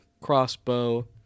crossbow